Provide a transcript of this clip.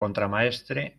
contramaestre